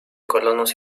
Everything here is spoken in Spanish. colonos